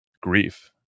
grief